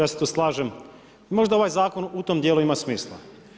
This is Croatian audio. Ja se tu slažem i možda ovaj zakon u tom dijelu ima smisla.